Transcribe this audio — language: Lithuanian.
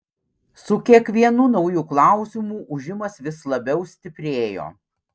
su kiekvienu nauju klausimu ūžimas vis labiau stiprėjo